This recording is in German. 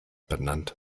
benannt